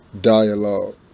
dialogue